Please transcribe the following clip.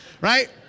right